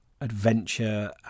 adventure